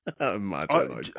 Imagine